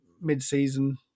mid-season